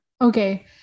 okay